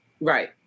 Right